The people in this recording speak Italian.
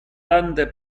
tante